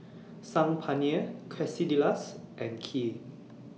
Saag Paneer Quesadillas and Kheer